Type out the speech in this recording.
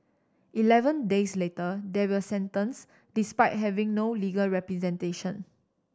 eleven days later they were sentenced despite having no legal representation